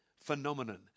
phenomenon